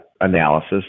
analysis